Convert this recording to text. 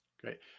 Great